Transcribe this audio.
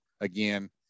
again